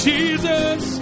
Jesus